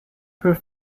peut